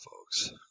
folks